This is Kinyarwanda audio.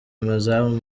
amazamu